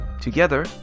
Together